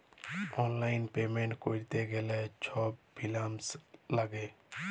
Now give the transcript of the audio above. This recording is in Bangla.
অললাইল পেমেল্ট ক্যরতে গ্যালে ছব ইলফরম্যাসল ল্যাগে